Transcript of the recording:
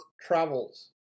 travels